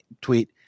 tweet